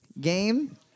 game